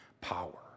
power